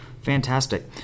Fantastic